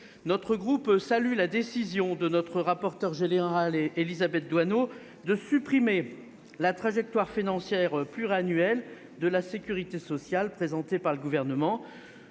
Notre groupe salue la décision de la rapporteure générale de supprimer la trajectoire financière pluriannuelle de la sécurité sociale présentée par le Gouvernement.